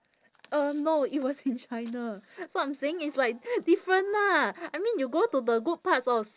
uh no it was in china so I'm saying it's like different lah I mean you go to the good parts of